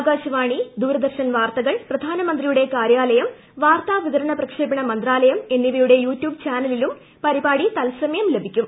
ആകാശവാണി ദൂരദർശൻ വാർത്തകൾ പ്രധാനമന്ത്രിയുടെ കാര്യാലയം വാർത്താ വിതരണ പ്രക്ഷേപണ മന്ത്രാലയം എന്നിവയുടെ യു ട്യൂബ് ചാനലിലും പരിപാടി തത്സമയം ലഭിക്കും